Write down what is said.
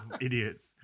idiots